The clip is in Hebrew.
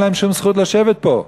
אין להם שום זכות לשבת פה.